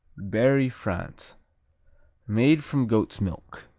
berry, france made from goat's milk.